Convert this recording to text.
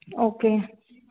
okay